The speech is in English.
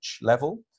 level